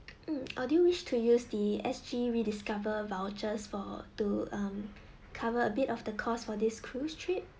mm uh do you wish to use the S_G rediscover vouchers for to um cover a bit of the cost for this cruise trip